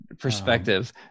perspective